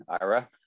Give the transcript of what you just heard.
Ira